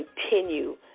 Continue